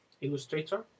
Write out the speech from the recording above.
illustrator